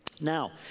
Now